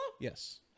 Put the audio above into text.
Yes